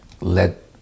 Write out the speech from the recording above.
Let